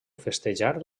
festejar